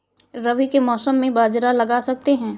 रवि के मौसम में बाजरा लगा सकते हैं?